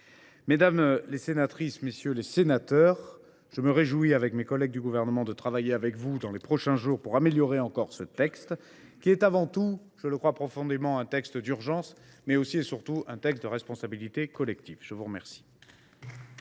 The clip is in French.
Mesdames, messieurs les sénateurs, je me réjouis, aux côtés de mes collègues du Gouvernement, de travailler avec vous dans les prochains jours pour améliorer encore ce PLFSS, qui est avant tout, je le crois profondément, un texte d’urgence, mais aussi et surtout de responsabilité collective. La parole